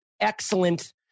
excellent